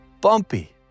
Bumpy